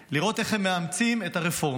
לראות איך הם מאמצים את הרפורמה.